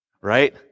right